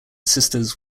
sisters